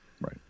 Right